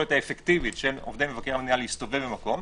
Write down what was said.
היכולת האפקטיבית של עובדי מבקר המדינה להסתובב במקום,